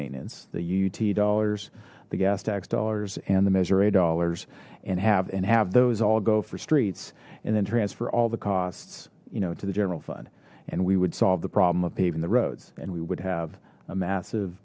maintenance the uut dollars the gas tax dollars and the missouri dollars and have and have those all go for streets and then transfer all the costs you know to the general fund and we would solve the problem of paving the roads and we would have a massive